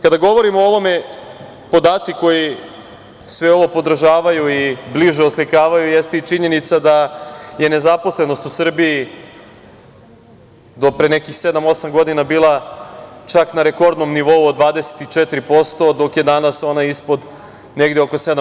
Kada govorimo o ovome, podaci koji sve ovo podržavaju i bliže oslikavaju, jeste i činjenica da je nezaposlenost u Srbiji do pre nekih sedam ili osam godina, bila čak na rekordnom nivou od 24%, dok je danas ona ispod 7%